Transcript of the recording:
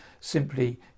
simply